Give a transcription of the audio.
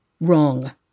Wrong